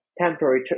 temporary